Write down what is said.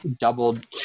doubled